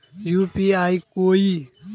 UPI कोई